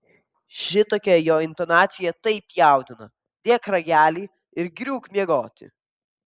šitokia jo intonacija taip jaudina dėk ragelį ir griūk miegoti